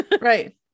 Right